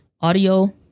audio